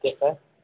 okay sir